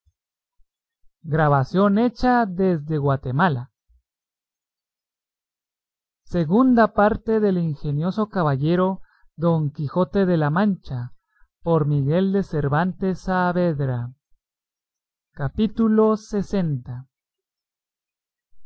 libro de la segunda parte del ingenioso caballero don quijote de la mancha por miguel de cervantes saavedra